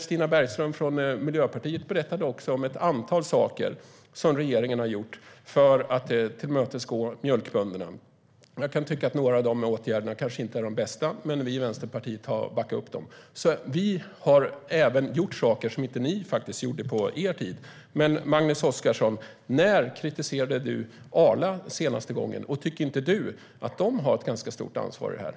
Stina Bergström från Miljöpartiet berättade också om ett antal saker som regeringen har gjort för att tillmötesgå mjölkbönderna. Jag kan tycka att några av de åtgärderna kanske inte är de bästa, men vi i Vänsterpartiet har backat upp dem. Vi har även gjort saker som ni inte gjorde på er tid. När kritiserade du Arla senaste gången, Magnus Oscarsson? Tycker inte du att de har ett ganska stort ansvar i detta?